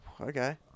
okay